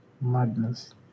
madness